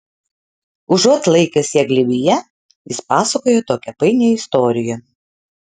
užuot laikęs ją glėbyje jis pasakojo tokią painią istoriją